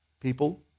People